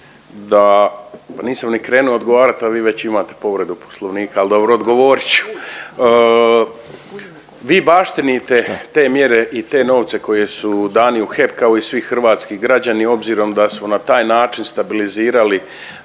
da, nisam ni krenuo odgovarat, a vi već imate povredu Poslovnika, ali dobro, odgovorit ću, vi baštinite te mjere i te novce koje su dani u HEP, kao i svi hrvatski građani, obzirom da smo na taj način stabilizirali